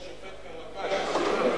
השופט קרקש.